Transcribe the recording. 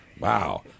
wow